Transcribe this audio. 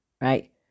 Right